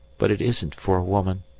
but it isn't for a woman.